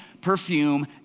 perfume